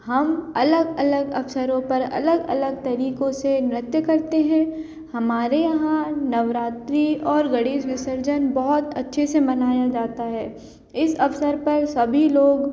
हम अलग अलग अवसरों पर अलग अलग तरीकों से नृत्य करते हैं हमारे यहाँ नवरात्रि और गणेश विसर्जन बहुत अच्छे से मनाया जाता है इस अवसर पर सभी लोग